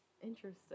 interesting